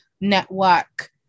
network